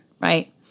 right